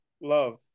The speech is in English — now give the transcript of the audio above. love